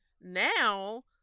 now